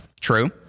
true